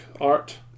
art